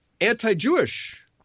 anti-Jewish